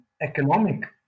economic